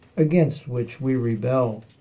against which we rebel.